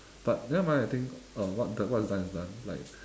but nevermind I think uh what the what is done is done like